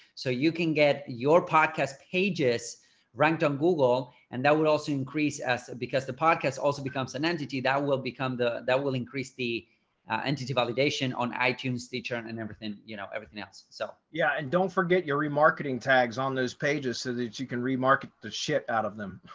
so you can get your podcast pages ranked on google and that will also increase as because the podcast also becomes an entity that will become the that will increase the entity validation on itunes, stitcher and and everything, you know everything else. so yeah, and don't forget your remarketing tags on those pages so that you can remark the shit out of them.